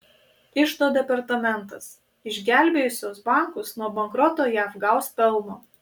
iždo departamentas išgelbėjusios bankus nuo bankroto jav gaus pelno